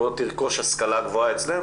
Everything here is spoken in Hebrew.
בוא תרכוש השכלה גבוהה אצלנו.